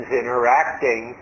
interacting